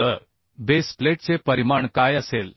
तर बेस प्लेटचे परिमाण काय असेल